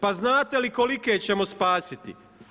Pa znate li kolike ćemo spasiti?